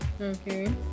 Okay